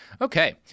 Okay